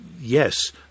yes